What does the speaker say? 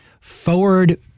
forward